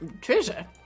Treasure